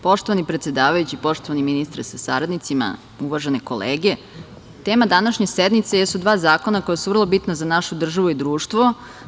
Poštovani predsedavajući, poštovani ministre sa saradnicima, uvažene kolege, tema današnje sednice jesu dva zakona koja su vrlo bitna za našu državu i društvo.